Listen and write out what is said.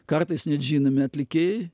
kartais net žinomi atlikėjai